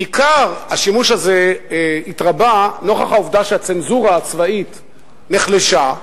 בעיקר השימוש הזה התרבה נוכח העובדה שהצנזורה הצבאית נחלשה,